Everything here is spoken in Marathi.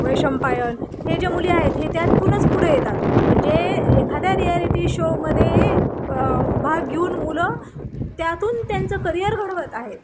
वैशंपायन हे जे मुली आहेत हे त्यातूनच पुढं येतात म्हणजे एखाद्या रियालिटी शोमध्ये भाग घेऊन मुलं त्यातून त्यांचं करियर घडवत आहे